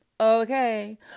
okay